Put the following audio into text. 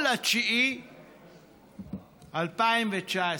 1 בספטמבר 2019?